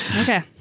Okay